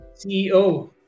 CEO